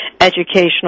Educational